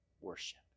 worship